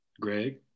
Greg